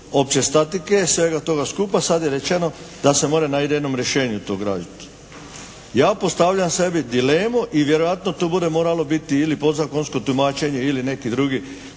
opće statike, svega toga skupa, sad je rečeno da se može na idejnom rješenju to graditi. Ja postavljam sebi dilemu i vjerojatno to bude morali biti ili podzakonsko tumačenje ili neki drugi